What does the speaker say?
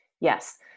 Yes